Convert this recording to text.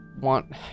want